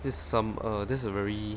that's some err that's a very